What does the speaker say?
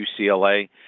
UCLA